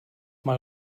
mal